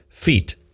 Feet